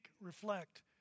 reflect